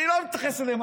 אני לא מתייחס אליהם.